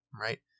right